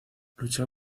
luchó